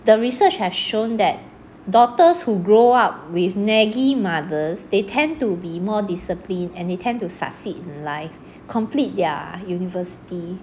the research has shown that daughters who grow up with naggy mothers they tend to be more disciplined and they tend to succeed in life complete their university